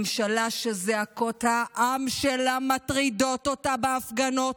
ממשלה שזעקות העם שלה מטרידות אותה בהפגנות,